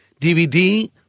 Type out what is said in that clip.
DVD